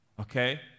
Okay